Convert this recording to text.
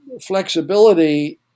flexibility